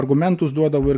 argumentus duodavo ir